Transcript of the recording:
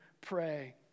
pray